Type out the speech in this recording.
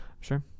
sure